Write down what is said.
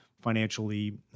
financially